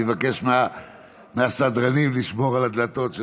אני אבקש מהסדרנים לשמור על הדלתות,